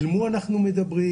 אל מי אנחנו מדברים,